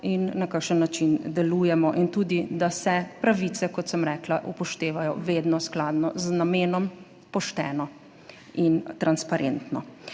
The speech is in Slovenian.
in na kakšen način delujemo in tudi, da se pravice, kot sem rekla, upoštevajo vedno skladno z namenom, pošteno in transparentno.